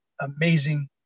amazing